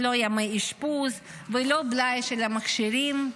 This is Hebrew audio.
לא ימי אשפוז ולא בלאי של המכשירים.